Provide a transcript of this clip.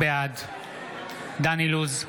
בעד דן אילוז,